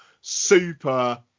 super